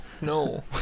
no